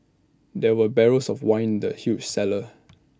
there were barrels of wine in the huge cellar